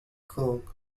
cook